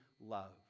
love